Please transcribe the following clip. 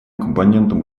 компонентом